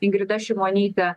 ingrida šimonyte